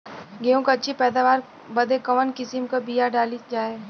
गेहूँ क अच्छी पैदावार बदे कवन किसीम क बिया डाली जाये?